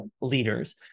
leaders